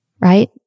right